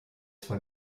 zwei